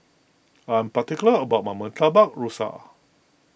I am particular about my Murtabak Rusa